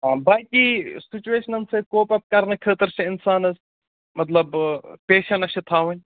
باقٕے سُچویشَنَن سۭتۍ کوپ اَپ کَرنہٕ خٲطرٕ چھِ اِنسانَس مطلب پیشَنٕس چھےٚ تھاوٕنۍ